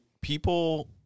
People